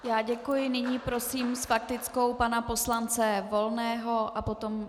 Já děkuji, nyní prosím s faktickou pana poslance Volného a potom...